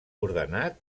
ordenat